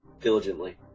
diligently